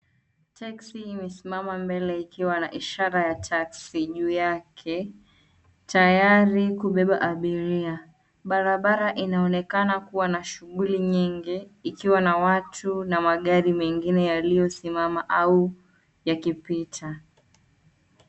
Teksi imesimama mbele ikiwa na ishara ya taxi juu yake, tayari kubeba abiria, barabara inaonekana kuwa na shughuli nyingi, ikiwa na watu, na magari mengine yaliosimama, au yakipita.